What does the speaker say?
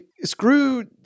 screw